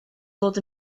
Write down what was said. ddod